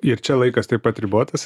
ir čia laikas taip pat ribotas